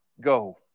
Go